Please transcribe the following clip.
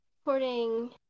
supporting